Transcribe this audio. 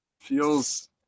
feels